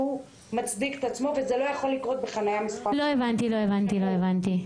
כי הוא מצדיק את עצמו וזה לא יכול לקרות בחניה עם מספר --- לא הבנתי.